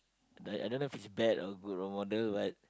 like I don't know if he's bad or good role model but